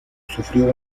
sufrió